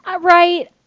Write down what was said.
right